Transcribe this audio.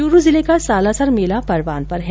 चुरु जिले का सालासर मेला परवान पर है